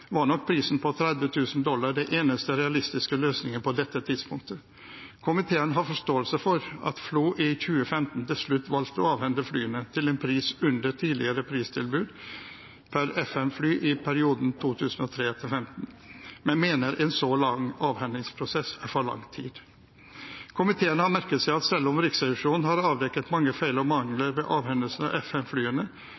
var nok prisen på 30 000 USD den eneste realistiske løsningen på dette tidspunktet. Komiteen har forståelse for at FLO i 2015 til slutt valgte å avhende flyene til en pris under tidligere pristilbud per F-5-fly i perioden 2003–2015, men mener at en så lang avhendingsprosess er for lang tid. Komiteen har merket seg at selv om Riksrevisjonen har avdekket mange feil og